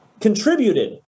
contributed